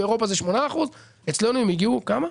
באירופה זה 8%. אצלנו הם הגיעו לכמה?